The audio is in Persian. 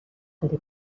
داره